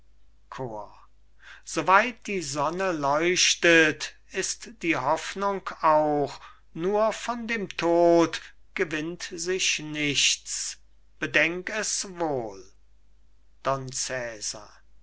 so weit die sonne leuchtet ist die hoffnung auch nur von dem tod gewinnt sich nichts bedenk es wohl